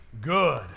good